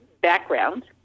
background